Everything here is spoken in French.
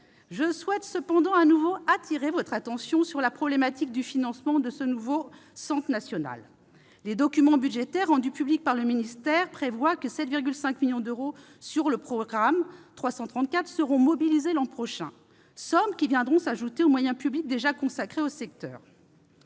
Je souhaite cependant, de nouveau, appeler votre attention sur la problématique du financement de ce nouveau centre national. Les documents budgétaires rendus publics par le ministère prévoient que 7,5 millions d'euros seront mobilisés l'an prochain sur le programme 334, sommes qui viendront s'ajouter aux moyens publics déjà consacrés au secteur.